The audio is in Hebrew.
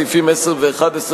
סעיפים 10 ו-11,